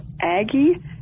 Aggie